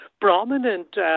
prominent